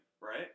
right